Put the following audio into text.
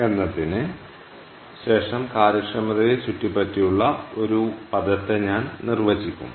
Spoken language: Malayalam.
അതിനാൽ τ സമയത്തിന് ശേഷം കാര്യക്ഷമതയെ ചുറ്റിപ്പറ്റിയുള്ള ഒരു പദത്തെ ഞാൻ നിർവചിക്കും